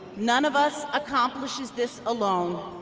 none of us accomplishes this alone,